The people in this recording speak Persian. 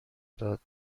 داد